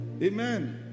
Amen